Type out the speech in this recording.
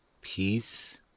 peace